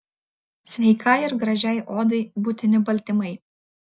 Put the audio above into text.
sveikai ir gražiai odai būtini baltymai